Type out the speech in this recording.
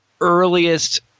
earliest